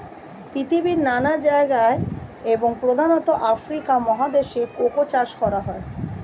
পৃথিবীর নানা জায়গায় এবং প্রধানত আফ্রিকা মহাদেশে কোকো চাষ করা হয়